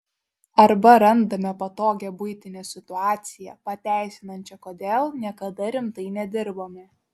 arba randame patogią buitinę situaciją pateisinančią kodėl niekada rimtai nedirbome